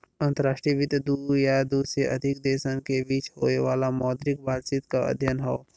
अंतर्राष्ट्रीय वित्त दू या दू से अधिक देशन के बीच होये वाला मौद्रिक बातचीत क अध्ययन हौ